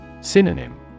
Synonym